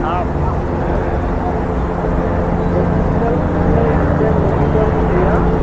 हँ हॉस्पिटल खुललय मेडिकल छै यऽ